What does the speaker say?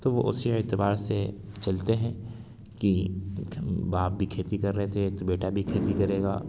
تو وہ اسی اعتبار سے چلتے ہیں کہ باپ بھی کھیتی کر رہے تھے تو بیٹا بھی کھیتی کرے گا